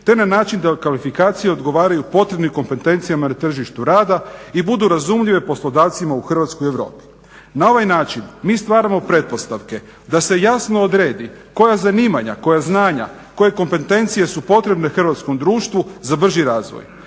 te na način da kvalifikacije odgovaraju potrebnim kompetencijama na tržištu rada i budu razumljive poslodavcima u Hrvatskoj i u Europi. Na ovaj način mi stvaramo pretpostavke da se jasno odredi koja zanimanja, koja znanja koje kompetencije su potrebne hrvatskom društvu za brži razvoj.